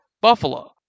Buffalo